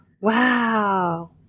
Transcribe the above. Wow